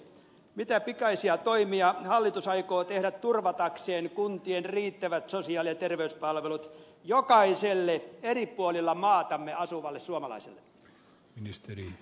mitä pikaisia toimia hallitus aikoo tehdä turvatakseen kuntien riittävät sosiaali ja terveyspalvelut jokaiselle eri puolilla maatamme asuvalle suomalaiselle